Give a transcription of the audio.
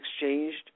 exchanged